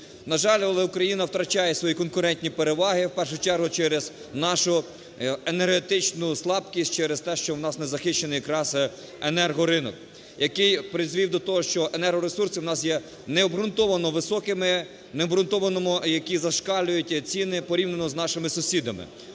На жаль, але Україна втрачає свої конкурентні переваги в першу чергу через нашу енергетичну слабкість, через те, що в нас незахищений якраз енергоринок, який призвів до того, що енергоресурси у нас є необґрунтовано високими, необґрунтовано, які зашкалюють ціни, порівняно з нашими сусідами.